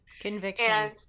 Conviction